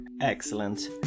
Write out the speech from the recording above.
Excellent